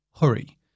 hurry